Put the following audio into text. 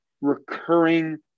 recurring